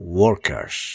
workers